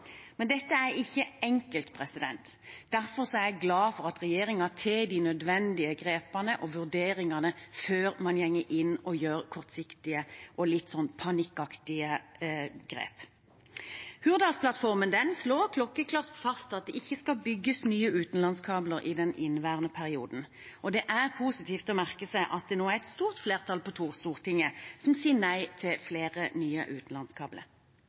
Men dette er ikke enkelt. Derfor er jeg glad for at regjeringen tar de nødvendige grepene og vurderingene før man går inn og gjør kortsiktige og litt panikkaktige grep. Hurdalsplattformen slår klokkeklart fast at det ikke skal bygges nye utenlandskabler i den innværende perioden. Det er positivt å merke seg at det nå er et stort flertall på Stortinget som sier nei til flere nye utenlandskabler.